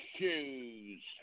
Shoes